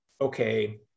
okay